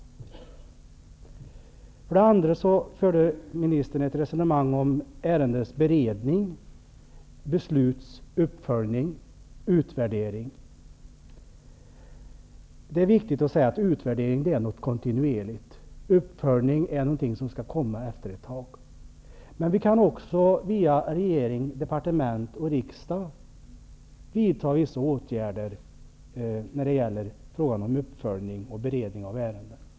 För det andra förde ministern ett resonemang om ärendens beredning, besluts uppföljning och utvärdering. Det är viktigt att säga att utvärdering är någonting kontinuerligt, och uppföljning är någonting som skall komma efter ett tag. Men vi kan också via regering, departement och riksdag vidta vissa åtgärder när det gäller uppföljning och beredning av ärenden.